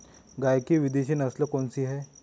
गाय की विदेशी नस्ल कौन सी है?